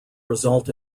result